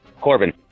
corbin